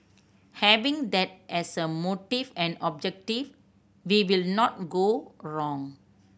having that as a motive and objective we will not go wrong